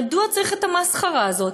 מדוע צריך את המסחרה הזאת?